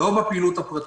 לא בפעילות הפרטית,